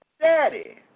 daddy